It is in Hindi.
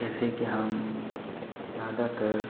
जैसे कि हम ज़्यादातर